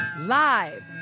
Live